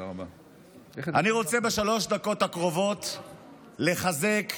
אני רוצה בשלוש דקות הקרובות לחזק,